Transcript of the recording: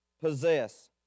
possess